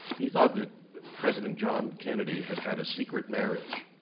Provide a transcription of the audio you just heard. he thought that president john kennedy had had a secret marriage,